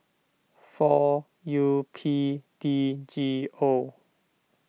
four U P D G O